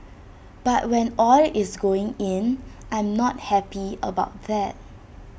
but when oil is going in I'm not happy about that